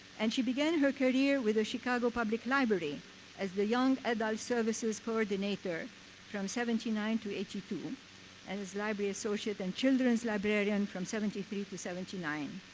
and she began her career with the chicago public library as the young adult services coordinator from seventy nine to eighty two and as library associate and children's librarian from seventy three to seventy nine.